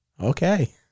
Okay